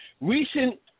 Recent